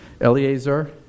Eleazar